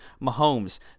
Mahomes